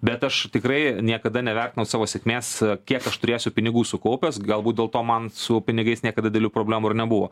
bet aš tikrai niekada nevertinau savo sėkmės kiek aš turėsiu pinigų sukaupęs galbūt dėl to man su pinigais niekad didelių problemų ir nebuvo